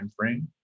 timeframe